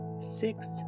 six